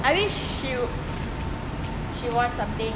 I wish you she want something